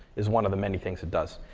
is one of the many things it does.